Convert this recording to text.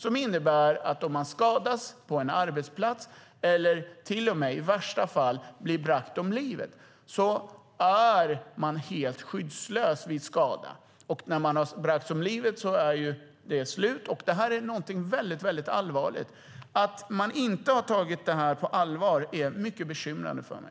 Om man skadas på en arbetsplats är man då helt skyddslös, och om man rent av blir bragt om livet är det slut. Det här är någonting väldigt allvarligt. Att man inte har tagit detta på allvar är mycket bekymrande för mig.